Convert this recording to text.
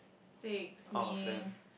six means